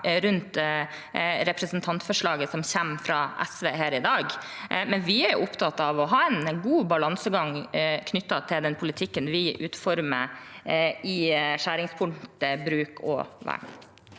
gjelder representantforslaget som kommer fra SV her i dag, men vi er opptatt av å ha en god balansegang i den politikken vi utformer, i skjæringspunktet mellom bruk og vern.